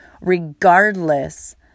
regardless